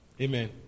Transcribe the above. Amen